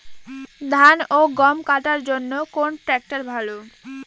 ধান ও গম কাটার জন্য কোন ট্র্যাক্টর ভালো?